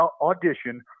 audition